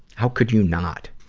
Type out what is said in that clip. how could you not,